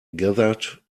gathered